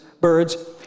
birds